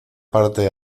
parte